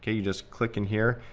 you just click in here,